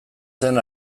zen